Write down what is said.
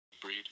breed